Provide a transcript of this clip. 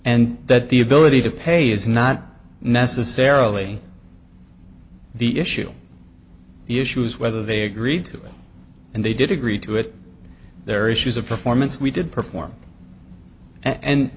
and that the ability to pay is not necessarily the issue the issue is whether they agreed to it and they did agree to it their issues of performance we did perform and